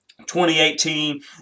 2018